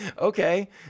okay